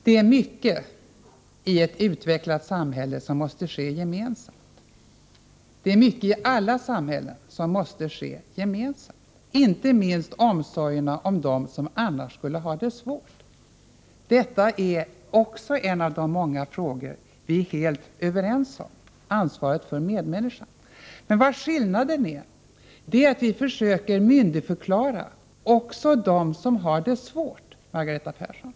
Det är mycket i ett utvecklat samhälle som måste ske gemensamt. Och det är mycket i alla samhällen som måste ske gemensamt, inte minst när det gäller omsorgen om dem som annars skulle ha det svårt. Denna fråga är en av de många frågor som vi är helt överens om -— det gäller alltså ansvaret för medmänniskan. Men skillnaden är att vi försöker myndigförklara även dem som har det svårt, Margareta Persson.